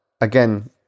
Again